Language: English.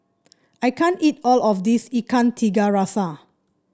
I can't eat all of this Ikan Tiga Rasa